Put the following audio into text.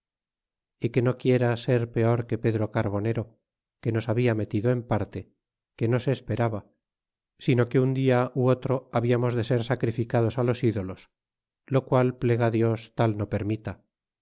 e que no quiera ser peor que pedro carbonero que nos habia metido en parte que no se esperaba sino que un dia ó otro habiamos de ser sacrificados los ídolos lo qual plega dios tal no permita